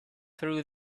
through